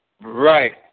Right